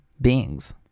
beings